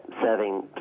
serving